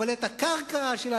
אבל את הקרקע של הלאום,